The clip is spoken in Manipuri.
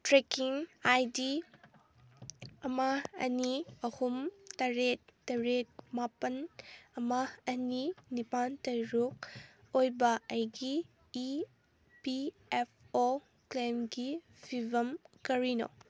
ꯇ꯭ꯔꯦꯀꯤꯡ ꯑꯥꯏ ꯗꯤ ꯑꯃ ꯑꯅꯤ ꯑꯍꯨꯝ ꯇꯔꯦꯠ ꯇꯔꯦꯠ ꯃꯥꯄꯜ ꯑꯃ ꯑꯅꯤ ꯅꯤꯄꯥꯜ ꯇꯔꯨꯛ ꯑꯣꯏꯕ ꯑꯩꯒꯤ ꯏ ꯄꯤ ꯑꯦꯐ ꯑꯣ ꯀ꯭ꯂꯦꯝꯒꯤ ꯐꯤꯕꯝ ꯀꯔꯤꯅꯣ